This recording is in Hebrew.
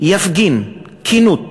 יפגין כנות